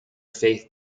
faith